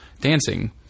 dancing